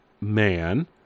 Man